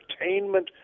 entertainment